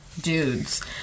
dudes